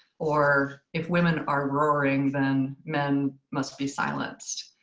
or if women are roaring, then men must be silenced.